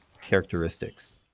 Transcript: characteristics